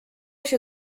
się